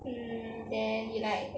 um then you like